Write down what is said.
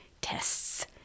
tests